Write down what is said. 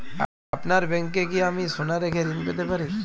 আপনার ব্যাংকে কি আমি সোনা রেখে ঋণ পেতে পারি?